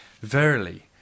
Verily